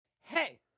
hey